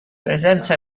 presenza